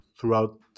throughout